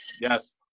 Yes